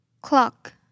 Clock